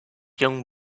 young